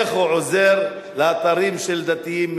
איך הוא עוזר לאתרים של דתיים,